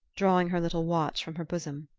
drawing her little watch from her bosom.